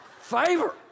favor